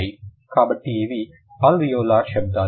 కాబట్టి ఇవి అల్వియోలార్ శబ్దాలు